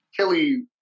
Kelly